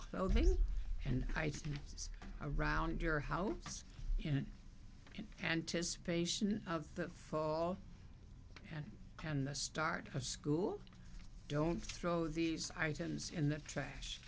clothes and i think it's around your house in anticipation of the fall and can the start of school don't throw these items in the trash